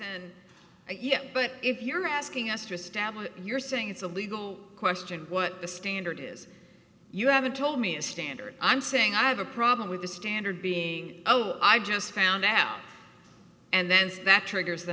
it yet but if you're asking us to establish you're saying it's a legal question what the standard is you haven't told me a standard i'm saying i have a problem with the standard being oh i just found now and then that triggers the